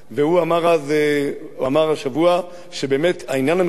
הוא אמר השבוע שבאמת העניין המרכזי